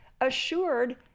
assured